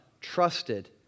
trusted